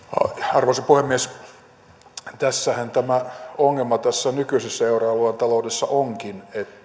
arvoisa puhemies tässähän tämä ongelma tässä nykyisessä euroalueen taloudessa onkin